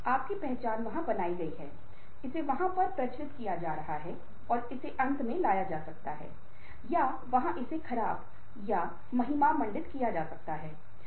अग्रणी परिवर्तन में प्रभावशीलता यह दृढ़ता के साथ जुड़ा हुआ है ये टीम बनाने और अग्रणी टीमों के पहचान का विशेषज्ञता हैं